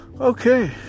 okay